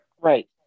Right